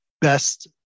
best